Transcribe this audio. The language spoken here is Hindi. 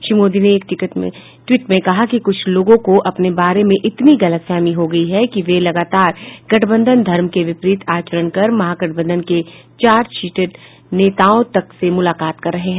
श्री मोदी ने एक टिवट में कहा कि कुछ लोगों को अपने बारे में इतनी गलतफहमी हो गई है और वे लगातार गठबंधन धर्म के विपरीत आचरण कर महागठबंधन के चार्जशीटेड नेताओं तक से मुलाकात कर रहे हैं